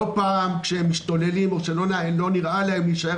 לא פעם כשהם משתוללים או כשלא נראה להם להישאר